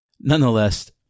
nonetheless